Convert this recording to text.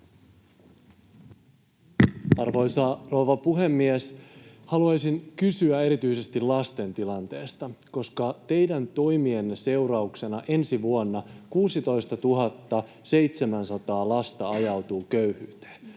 Arvoisa rouva puhemies! Haluaisin kysyä erityisesti lasten tilanteesta, koska teidän toimienne seurauksena ensi vuonna 16 700 lasta ajautuu köyhyyteen.